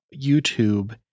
YouTube